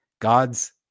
God's